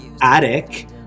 attic